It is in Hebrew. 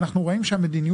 ואנחנו מראים שהמדיניות,